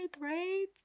right